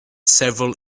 several